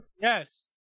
Yes